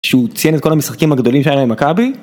שהוא ציין את כל המשחקים הגדולים שלהם עם מכבי